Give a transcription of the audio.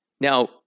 Now